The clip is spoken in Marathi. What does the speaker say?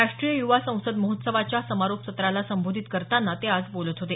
राष्ट्रीय युवा संसद महोत्सवाच्या समारोप सत्राला संबोधित करताना ते आज बोलत होते